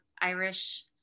Irish